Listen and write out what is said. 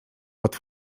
pod